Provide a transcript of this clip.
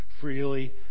freely